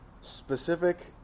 specific